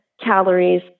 calories